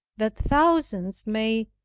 that thousands may,